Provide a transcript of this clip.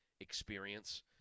experience